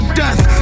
death